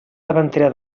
davantera